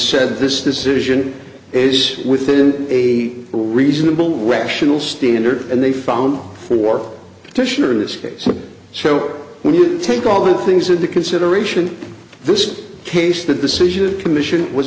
said this decision is within a reasonable rational standard and they found for fisher in this case a show when you take all things into consideration this case the decision of commission w